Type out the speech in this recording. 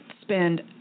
spend